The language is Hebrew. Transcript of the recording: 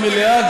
כן, מאה אחוז.